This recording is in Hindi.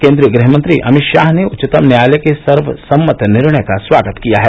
केन्द्रीय गृहमंत्री अमित शाह ने उच्चतम न्यायालय के सर्वसम्मत निर्णय का स्वागत किया है